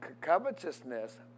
Covetousness